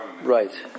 Right